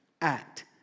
act